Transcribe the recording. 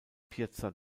piazza